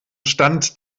stand